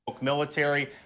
military